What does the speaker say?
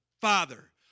Father